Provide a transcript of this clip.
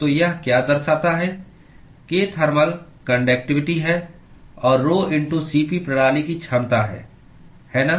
तो यह क्या दर्शाता है k थर्मल कान्डक्टिवटी है और rhoCp प्रणाली की क्षमता है है ना